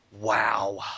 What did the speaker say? Wow